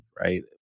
right